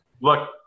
Look